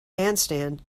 handstand